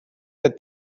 that